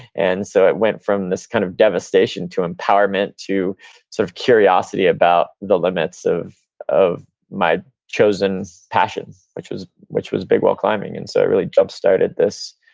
and so it went from this kind of devastation to empowerment to sort of curiosity about the limits of of my chosen passion, which was which was big wall climbing, and so it really jump started this,